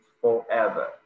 forever